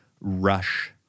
rush